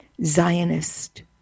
Zionist